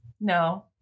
No